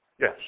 Yes